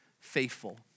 faithful